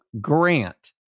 grant